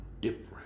different